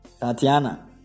Tatiana